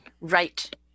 Right